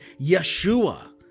Yeshua